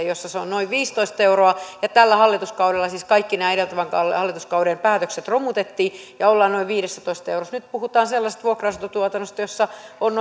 jossa se on noin viisitoista euroa ja tällä hallituskaudella siis kaikki nämä edeltävän hallituskauden päätökset romutettiin ja ollaan noin viidessätoista eurossa nyt puhutaan sellaisesta vuokra asuntotuotannosta jossa on